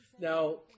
Now